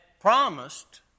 promised